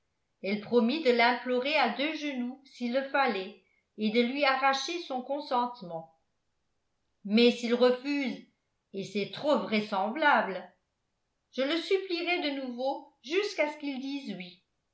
elle promit de l'implorer à deux genoux s'il le fallait et de lui arracher son consentement mais s'il refuse et c'est trop vraisemblable je le supplierai de nouveau jusqu'à ce qu'il dise oui